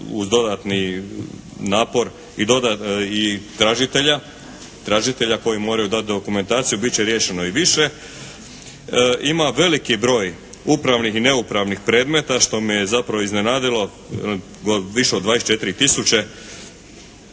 uz dodatni napor i tražitelja koji moraju dati dokumentaciju bit će riješeno i više. Ima veliki broj upravnih i neupravnih predmeta što me je zapravo iznenadilo, više od 24